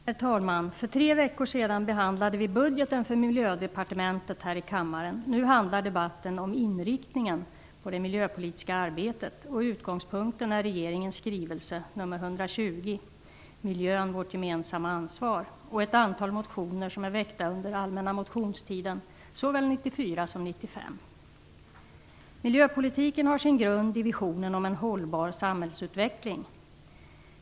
Herr talman! För tre veckor sedan behandlade vi här i kammaren Miljödepartementets budget. Nu handlar debatten om inriktningen i det miljöpolitiska arbetet. Utgångspunkten är regeringens skrivelse nr Miljöpolitiken har sin grund i visionen om en hållbar samhällsutveckling.